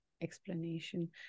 explanation